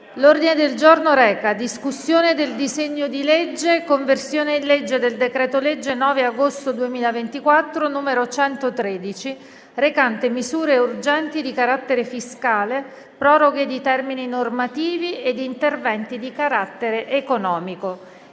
Commissioni stesse, per il disegno di legge: "Conversione in legge del decreto-legge 9 agosto 2024, n. 113, recante misure urgenti di carattere fiscale, proroghe di termini normativi ed interventi di carattere economico"